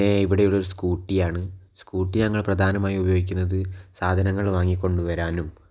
പിന്നെ ഇവിടെയുള്ളത് ഒരു സ്കൂട്ടിയാണ് സ്കൂട്ടി ഞങ്ങൾ പ്രധാനമായും ഉപയോഗിക്കുന്നത് സാധനങ്ങൾ വാങ്ങിക്കൊണ്ട് വരാനും